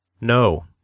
No